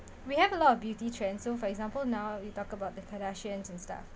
we have a lot of beauty trend so for example now you talk about the kardashians and stuff